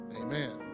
Amen